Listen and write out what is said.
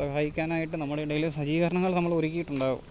സഹായിക്കാനായിട്ട് നമ്മളെ ഇടയിൽ സജ്ജീകരണങ്ങൾ നമ്മളൊരുക്കിയിട്ടുണ്ടാവും